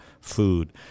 food